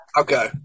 Okay